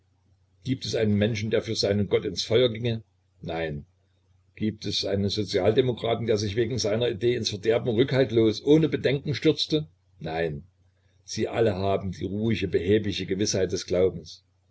gibt es einen menschen der für seinen gott ins feuer ginge nein gibt es einen sozialdemokraten der sich wegen seiner idee ins verderben rückhaltlos ohne bedenken stürzte nein sie alle haben die ruhige behäbige gewißheit des glaubens